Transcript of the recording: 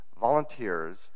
volunteers